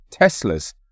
Teslas